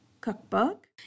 cookbook